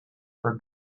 for